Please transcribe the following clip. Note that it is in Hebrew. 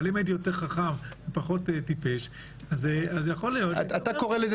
אבל אם הייתי יותר חכם ופחות טיפש אז יכול להיות --- אתה קורא לזה